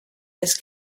this